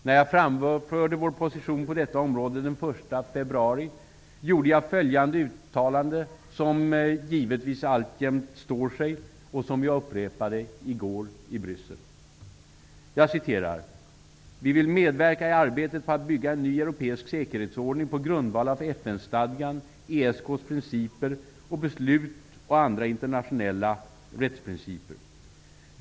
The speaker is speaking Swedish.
När jag framförde vår position på detta område den 1 februari gjorde jag följande uttalande som givetvis alltjämt står sig och som jag upprepade i går i Bryssel: ''Vi vill medverka i arbetet på att bygga en ny europeisk säkerhetsordning på grundval av FN stadgan, ESK:s principer och beslut och andra internationella rättsprinciper.